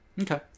Okay